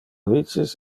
vices